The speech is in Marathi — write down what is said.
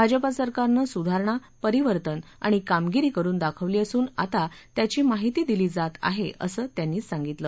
भाजपा सरकारनं सुधारणा परिवर्तन आणि कामगिरी करुन दाखवली असून आता त्याची माहिती दिली जात आहे असं त्यांनी सांगितलं